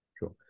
Sure